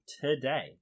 today